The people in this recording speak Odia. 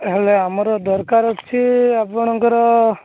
ହେଲେ ଆମର ଦରକାର ଅଛି ଆପଣଙ୍କର